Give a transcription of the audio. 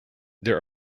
there